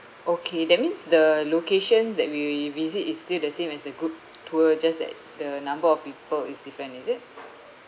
okay that means the locations that we will visit is still the same as the group tour just that the number of people is different is it